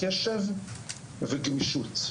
קשב וגמישות.